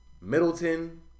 Middleton